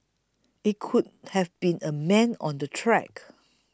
it could have been a man on the track